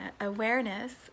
awareness